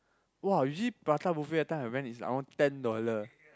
!wah! usually prata buffet that time I went is around ten dollar